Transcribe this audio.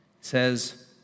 says